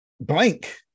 blank